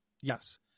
yes